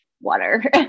water